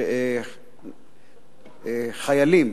שחיילים